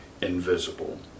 invisible